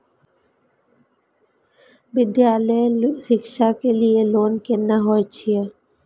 विद्यालय शिक्षा के लिय लोन केना होय ये?